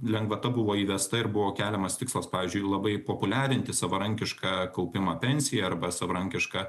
lengvata buvo įvesta ir buvo keliamas tikslas pavyzdžiui labai populiarinti savarankišką kaupimą pensijai arba savarankišką